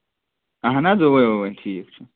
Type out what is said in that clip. اَہن حظ اَوے اَوَے ٹھیٖک چھُ